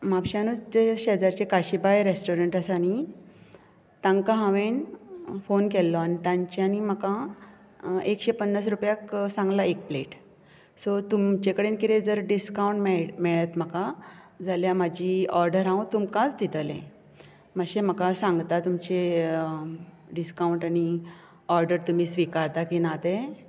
म्हापशांतच जे शेजारचे काशीबाय रेस्टोरंट आसा न्ही तांकां हांवें फोन केल्लो तांच्यानी म्हाका एकशें पन्नास रुपयांक सांगलां एक प्लेट सो तुमचे कडेन कितें जर डिस्कावंट मेळत मेळत म्हाका जाल्यार म्हजी ऑडर हांव तुमकांच दितलें मातशें म्हाका सांगता तुमचें डिस्कावंट आनी ऑडर तुमी स्विकारता काय ना ते